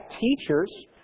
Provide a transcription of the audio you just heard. teachers